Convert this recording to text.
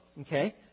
okay